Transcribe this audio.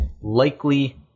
likely